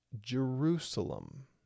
Jerusalem